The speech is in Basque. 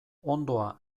onddoa